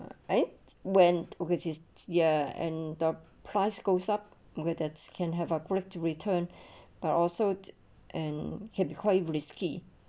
eh went with this year and the price goes up with its can have a to return but also and can be quite risky